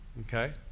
Okay